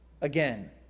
Again